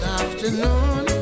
afternoon